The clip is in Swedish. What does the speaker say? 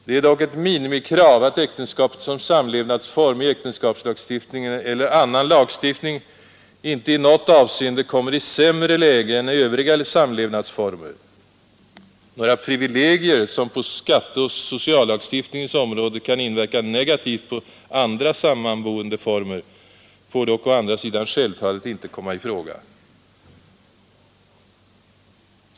Det är dock ett minimikrav att äktenskapet som samlevnadsform i äktenskapslagstiftningen eller annan lagstiftning inte i något avseende kommer i sämre läge än övriga samlevnadsformer. Några privilegier, som på skatteoch sociallagstiftningens område kan inverka negativt på andra sammanboendeformer, får dock å andra sidan självfallet inte komma i fråga.